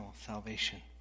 salvation